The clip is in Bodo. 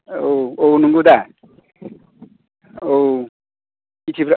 औ औ नंगौदा औ मिथिबाय